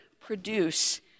produce